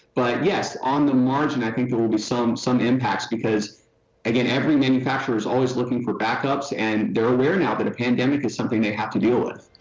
but yes on the margin i think there will be some some impacts because i mean every manufacturer is always looking for backups and they're aware now that a pandemic is something they have to deal with.